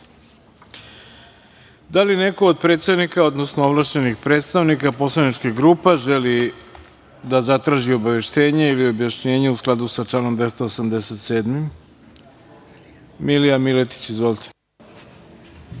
li neko od predsednika, odnosno ovlašćenih predstavnika poslaničkih grupa želi da zatraži obaveštenje ili objašnjenje, u skladu sa članom 287?Reč ima narodni poslanik